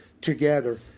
together